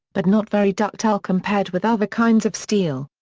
but not very ductile compared with other kinds of steel.